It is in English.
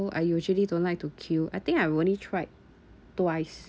so I usually don't like to queue I think I only tried twice